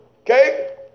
Okay